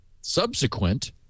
subsequent